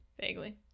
Vaguely